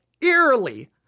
eerily